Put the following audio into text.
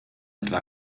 etwa